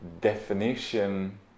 definition